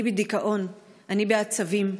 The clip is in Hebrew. אני בדיכאון, אני בעצבים,